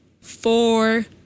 four